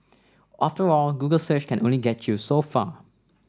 after all Google search can only get you so far